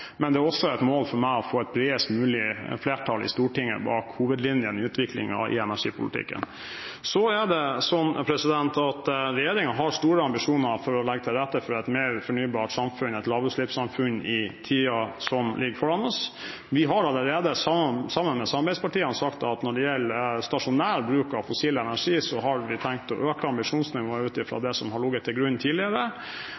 men det er også et mål for meg å få et bredest mulig flertall i Stortinget bak hovedlinjene i utviklingen i energipolitikken. Så har regjeringen store ambisjoner om å legge til rette for et mer fornybart samfunn, et lavutslippssamfunn, i tiden som ligger foran oss. Vi har allerede sammen med samarbeidspartiene sagt at når det gjelder stasjonær bruk av fossil energi, har vi tenkt å øke ambisjonsnivået ut fra det som har ligget til grunn tidligere.